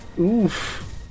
oof